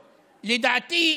לדעתי,